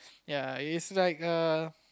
ya is like a